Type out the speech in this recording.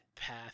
path